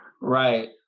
Right